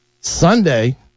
Sunday